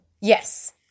Yes